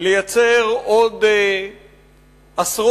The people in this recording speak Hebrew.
לייצר עוד עשרות,